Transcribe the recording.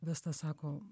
vesta sako